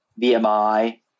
VMI